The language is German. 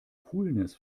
coolness